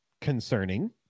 concerning